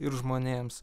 ir žmonėms